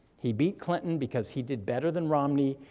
he beat clinton because he did better than romney,